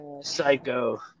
psycho